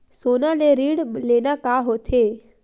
सोना ले ऋण लेना का होथे?